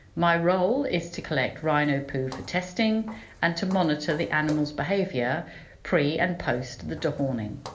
my role is to collect rhino poo for testing and to monitor the animals' behaviour pre and post the dehorning.